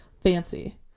fancy